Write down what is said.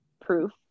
proof